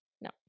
No